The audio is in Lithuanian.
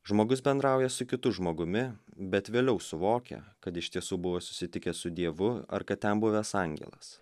žmogus bendrauja su kitu žmogumi bet vėliau suvokia kad iš tiesų buvo susitikęs su dievu ar kad ten buvęs angelas